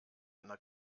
einer